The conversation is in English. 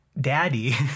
daddy